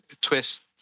twist